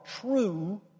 true